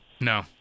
No